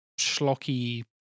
schlocky